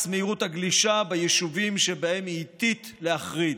מהירות הגלישה ביישובים שבהם היא איטית להחריד.